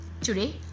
today